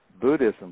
Buddhism